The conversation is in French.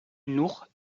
nour